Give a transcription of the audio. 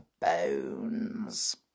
bones